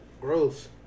Gross